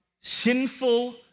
sinful